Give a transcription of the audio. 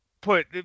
put